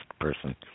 person